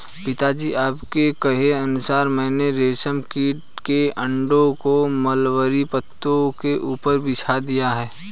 पिताजी आपके कहे अनुसार मैंने रेशम कीट के अंडों को मलबरी पत्तों के ऊपर बिछा दिया है